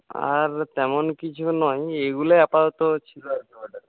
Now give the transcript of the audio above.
আর তেমন কিছু নয় এগুলোই আপাতত ছিল আর কি অর্ডারে